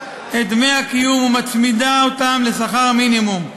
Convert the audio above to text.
בחקיקה את דמי הקיום ומצמידה אותם לשכר המינימום,